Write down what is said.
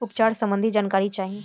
उपचार सबंधी जानकारी चाही?